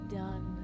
done